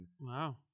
Wow